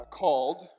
called